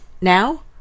now